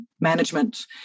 management